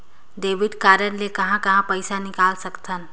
Debit card ले कहां कहां पइसा निकाल सकथन?